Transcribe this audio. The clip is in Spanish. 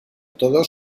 todos